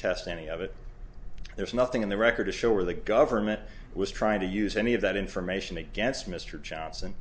test any of it there's nothing in the record to show where the government was trying to use any of that information against mr johnson